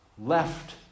left